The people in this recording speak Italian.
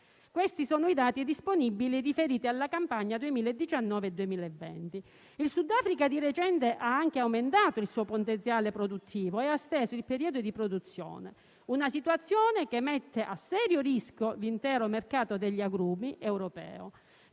Questi sono i dati disponibili riferiti alla campagna 2019-2020. Il Sudafrica di recente ha anche aumentato il suo potenziale produttivo e ha esteso il periodo di produzione. Tale situazione mette a serio rischio l'intero mercato degli agrumi europeo.